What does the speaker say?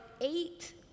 eight